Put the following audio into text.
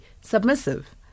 submissive